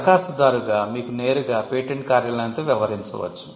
దరఖాస్తుదారుగా మీరు నేరుగా పేటెంట్ కార్యాలయంతో వ్యవహరించవచ్చు